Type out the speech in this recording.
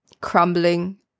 crumbling